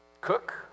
cook